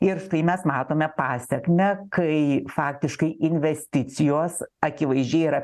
ir kai mes matome pasekmę kai faktiškai investicijos akivaizdžiai yra